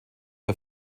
der